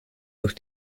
durch